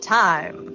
time